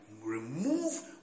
remove